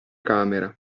camera